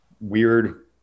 weird